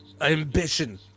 ambition